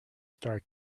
star